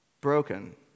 Broken